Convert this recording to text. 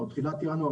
או בתחילת ינואר,